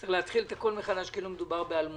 צריך להתחיל הכול מחדש כאילו מדובר באלמוני.